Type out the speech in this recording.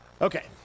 Okay